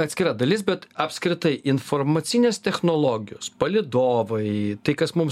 atskira dalis bet apskritai informacinės technologijos palydovai tai kas mums